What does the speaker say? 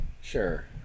sure